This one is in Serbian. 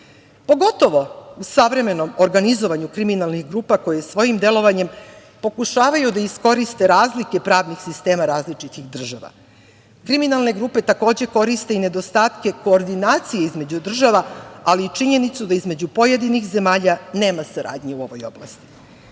pogotovo u savremenom organizovanju kriminalnih grupa koje svojim delovanjem pokušavaju da iskoriste razlike pravnih sistema različitih država. Kriminalne grupe takođe koriste i nedostatke koordinacije između država, ali i činjenicu da između pojedinih zemalja nema saradnje u ovoj oblasti.